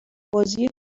بازی